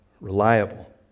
reliable